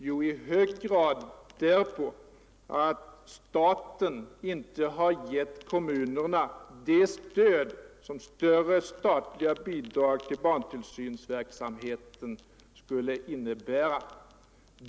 Jo, i hög grad därpå att staten inte har gett kommunerna det stöd som större statliga bidrag till barntillsynsverksamheten skulle innebära.